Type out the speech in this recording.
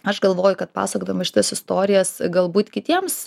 aš galvoju kad pasakodama šitas istorijas galbūt kitiems